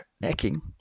necking